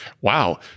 wow